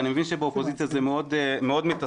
אני מבין שבאופוזיציה זה מאוד מתסכל.